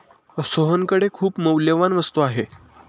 सोहनकडे खूप मौल्यवान वस्तू आहे